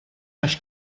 għax